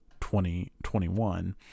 2021